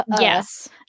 Yes